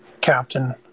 captain